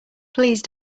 please